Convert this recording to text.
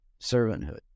servanthood